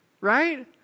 right